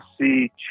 see